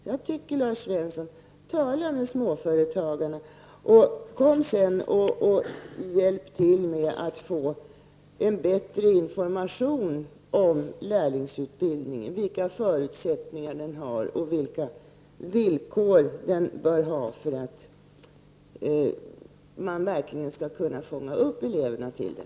Jag tycker att Lars Svensson skall tala med småföretagarna. Kom sedan tillbaka och hjälp till med att få fram bättre information om lärlingsutbildningen, vilka förutsättningar den har och vilka villkor som bör gälla för att man verkligen skall kunna fånga upp eleverna till den!